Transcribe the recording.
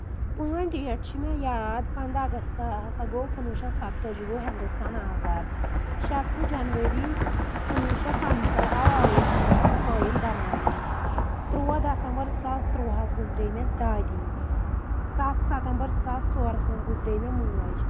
پانٛژھ ڈیٹ چھِ مےٚ یاد پنٛداہ اگست ہسا گوٚو کُنوُہ شیٚتھ سَتٲجی گوٚو ہِندوستان آزاد شَتوُہ جنؤری کُنوُہ شیٚتھ پَنژاہ آو ٲیٖنہٕ ہِندوستانُک ٲیٖنہٕ بناونہٕ تُرٛواہ دَسمبر زٕ ساس تُرٛواہَس گُزرے مےٚ دادی سَتھ ستمبر زٕ ساس ژورس منٛز گُزرے مےٚ موج